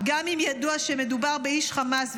-- גם אם ידוע שמדובר באיש חמאס,